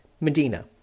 Medina